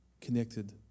connected